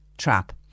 Trap